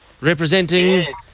representing